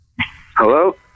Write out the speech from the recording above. Hello